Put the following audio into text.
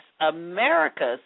America's